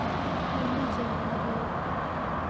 ᱯᱩᱭᱞᱩ ᱡᱟᱹᱱᱩᱣᱟᱹᱨᱤ